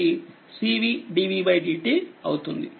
కాబట్టి ఇది cv dvdt అవుతుంది